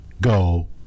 go